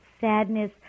sadness